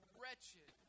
wretched